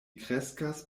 kreskas